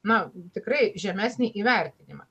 na tikrai žemesnį įvertinimą